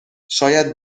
شاید